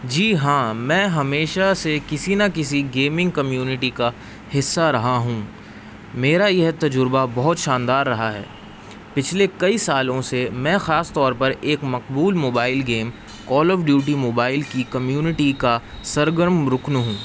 جی ہاں میں ہمیشہ سے کسی نہ کسی گیمنگ کمیونٹی کا حصہ رہا ہوں میرا یہ تجربہ بہت شاندار رہا ہے پچھلے کئی سالوں سے میں خاص طور پر ایک مقبول mobile game call of duty mobile کی کمیونٹی کا سرگرم رکن ہوں